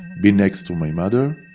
be next to my mother.